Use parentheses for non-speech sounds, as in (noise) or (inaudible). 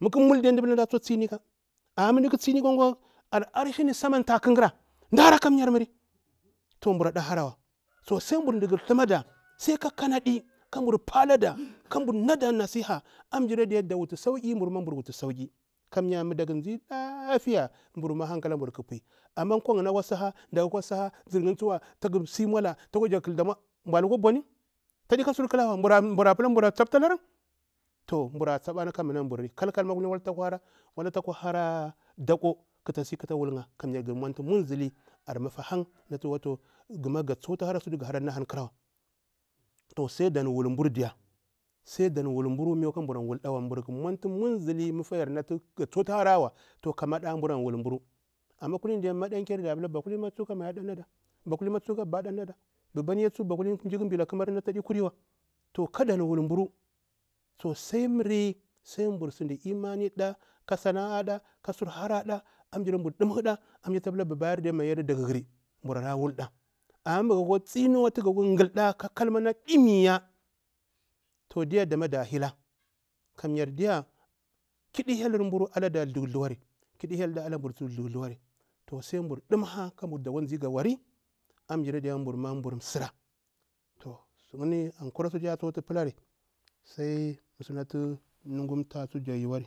Ma mda ƙa tsi nika (unintelligible) diya al- arshi tama gangir amda hara kamya muri to mburu ade hara sai mbur dukur thamaɗa sai ka kanaɗi, sai kabur palada kabur nada nasiha kada wutu sauki kada wutu sauki kamya ma mbur zhi lafiya hankala mbur ƙa pipil. amman laka ƙa luha, na yinni ƙa pipi, laka ƙa luha, na yinni ƙa suha, gar msi maula, takwa jaktu ƙal damau tadi ka sur ƙarawa ai mbura lukwa buni adi kal kal wa mbura pila mbura tsabtalari, mbura tsabtalari ar mri kal- kal takasi, wulha'ya wila tana kwa hara dako, kanya gar manfi munzili ar mufa hang watgo ga tsuktu sutu ga hara a bohili wa ƙarahea sai dan wul mburu diya sai dan wul mburu wami ka mbur walɗa wa diya, mbur ka mauntu munzɗa ka maɗa mbur wul mbur wami ka mbur waɗa wa wala kulini maɗanƙar bakulini da pila ka maya nalada ko ka buba ɗa nalada tsu ba kulini mji ƙa bita ƙamari to kadan wul mburu sai mri sai mbur sin imanir ɗa ka sana'a ɗa ka sur hara ɗa ambula mbur ɗimhe ɗa, ambula da pila maya yaru ka bubayaru dak dhari mburu ra wul ƙa, amma ma gakwa tsinuwa ga kwa pillada kalma na dakuwa to diya dama da hila kamyar diya chiɗi hyelun mburu thuthuwari sai mbur ɗimha mzi ga wari amshara mbur to msira yinni am kura sutu ya tsuktu pilari.